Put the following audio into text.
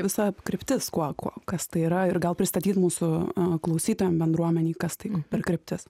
visa kryptis kuo kuo kas tai yra ir gal pristatyt mūsų klausytojam bendruomenei kas tai per kryptis